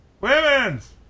Women's